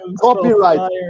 Copyright